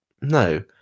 No